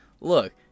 look